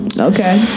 Okay